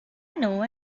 know